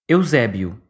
Eusébio